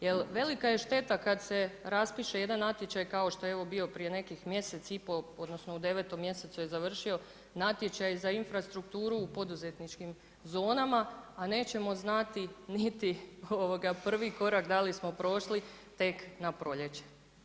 Jer velika je šteta kad se raspiše jedan natječaj kao što je evo bio prije nekih mjesec i pol, odnosno, u 9. mj. je završio, natječaj za infrastrukturu u poduzetničkim zonama, a nećemo znati niti prvi korak da li smo prošli, tek na proljeće.